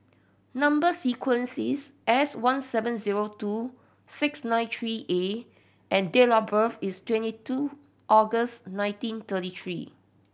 number sequence is S one seven zero two six nine three A and date of birth is twenty two August nineteen thirty three